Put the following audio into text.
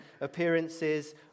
appearances